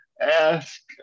ask